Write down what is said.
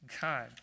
God